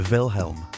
Wilhelm